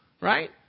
Right